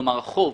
כלומר החוב,